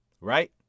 right